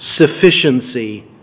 sufficiency